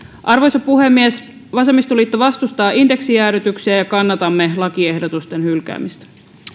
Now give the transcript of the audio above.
arvoisa puhemies vasemmistoliitto vastustaa indeksijäädytyksiä ja kannatamme lakiehdotusten hylkäämistä